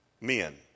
Men